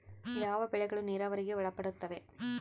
ಯಾವ ಬೆಳೆಗಳು ನೇರಾವರಿಗೆ ಒಳಪಡುತ್ತವೆ?